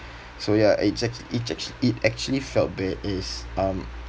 so ya it act~ it act~ it actually felt bad as um